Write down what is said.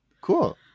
Cool